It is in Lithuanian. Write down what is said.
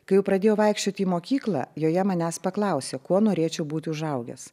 kai jau pradėjau vaikščioti į mokyklą joje manęs paklausė kuo norėčiau būti užaugęs